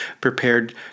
prepared